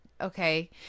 okay